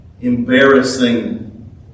embarrassing